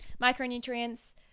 Micronutrients